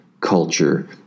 culture